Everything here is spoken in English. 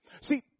See